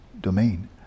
domain